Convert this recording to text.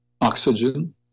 oxygen